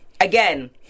again